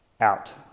out